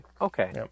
okay